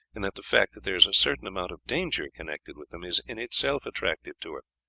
and that the fact that there is a certain amount of danger connected with them is in itself attractive to her.